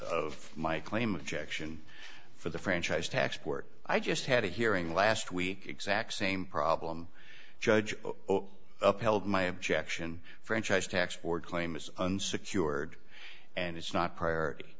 of my claim objection for the franchise tax board i just had a hearing last week exact same problem judge upheld my objection franchise tax board claim is unsecured and it's not priority